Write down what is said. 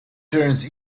turns